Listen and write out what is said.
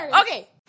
Okay